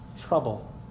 trouble